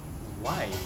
why